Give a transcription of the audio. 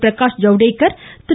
Prakash Javadekar Thiru